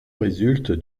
résulte